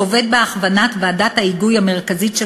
שעובד בהכוונת ועדת ההיגוי המרכזית של